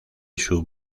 sub